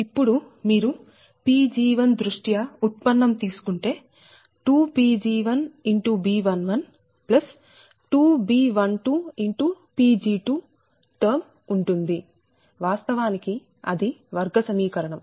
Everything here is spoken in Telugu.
ఇప్పుడు మీరు Pg1 దృష్ట్యా ఉత్పన్నం తీసుకుంటే2Pg1B112B12Pg2 టర్మ్ ఉంటుంది వాస్తవానికి అది వర్గ సమీకరణం